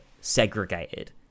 segregated